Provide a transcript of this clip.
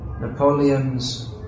Napoleon's